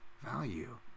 Value